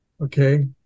Okay